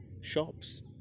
shops